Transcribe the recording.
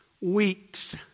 weeks